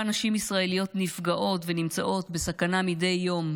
נשים ישראליות נפגעות ונמצאות בסכנה מדי יום,